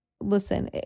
listen